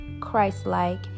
Christ-like